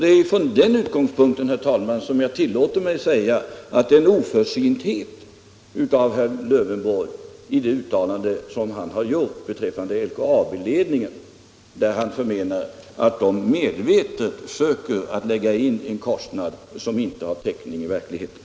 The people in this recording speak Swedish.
Det är från den utgångspunkten, herr talman, som jag tillåter mig att säga att herr Lövenborg gör sig skyldig till en oförsynthet när han uttalar att LKAB ledningen medvetet försöker ta upp kostnader som inte har täckning i verkligheten.